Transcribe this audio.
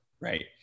right